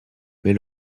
mais